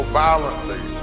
violently